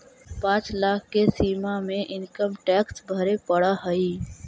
पाँच लाख के सीमा में इनकम टैक्स भरे पड़ऽ हई